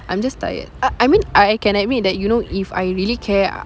I'm just tired I I mean I can admit that you know if I really care